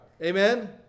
Amen